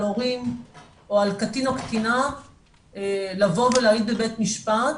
הורים או על קטין או קטינה לבוא ולהעיד בבית משפט,